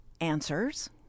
answers